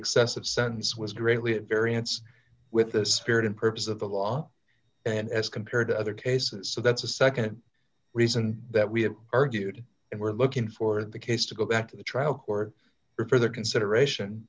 excessive sentence was greatly at variance with the spirit and purpose of the law and as compared to other cases so that's a nd reason that we have argued and we're looking for the case to go back to the trial court for further consideration